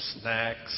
snacks